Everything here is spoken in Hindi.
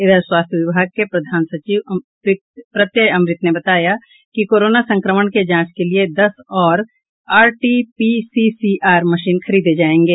इधर स्वास्थ्य विभाग के प्रधान सचिव प्रत्यय अमृत ने बताया कि कोरोना संक्रमण के जांच के लिये दस और आरटीपीसीसीआर मशीन खरीदे जायेंगे